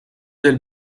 ailes